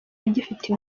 agifite